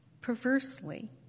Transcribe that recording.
perversely